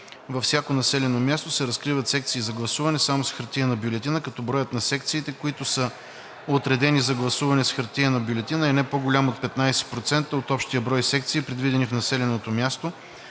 Във всяко населено място се разкриват секции за гласуване само с хартиена бюлетина, като броят на секциите, които са отредени за гласуване с хартиена бюлетина, е не по-голям от 15% от общия брой секции, предвидени в населеното място,